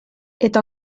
eta